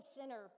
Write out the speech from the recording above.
sinner